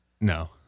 No